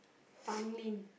Tanglin